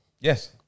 Yes